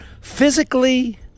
physically